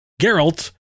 Geralt